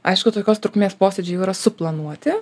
aišku tokios trukmės posėdžiai jau yra suplanuoti